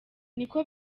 niko